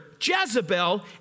Jezebel